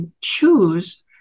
choose